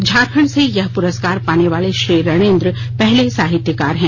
झारखंड से यह पुरस्कार पाने वाले श्री रणेंद्र पहले साहित्यकार हैं